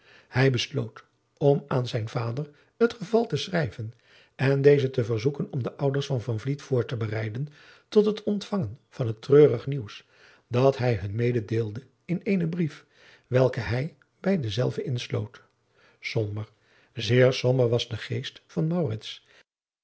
hij besloot om aan zijn vader het geval te schrijven en dezen te verzoeken om de ouders van van vliet voor te bereiden tot het ontvangen van het treurig nieuws dat hij hun mededeelde in eenen brief welken hij bij denzelven insloot somber zeer somber was de geest van